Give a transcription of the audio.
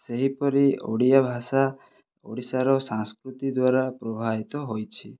ସେହିପରି ଓଡ଼ିଆ ଭାଷା ଓଡ଼ିଶାର ସଂସ୍କୃତି ଦ୍ଵାରା ପ୍ରଭାଭିତ ହୋଇଛି